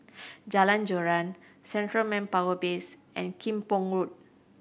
Jalan Joran Central Manpower Base and Kim Pong Road